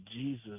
Jesus